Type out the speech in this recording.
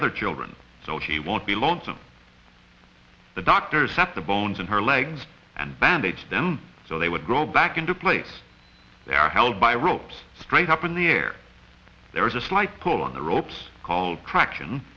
other children so she won't be lonesome the doctors set the bones in her legs and bandage them so they would grow back into place they are held by ropes straight up in the air there is a slight pull on the ropes called traction